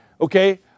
Okay